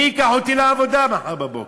מי ייקח אותי לעבודה מחר בבוקר?